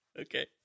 okay